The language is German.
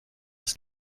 das